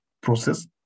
process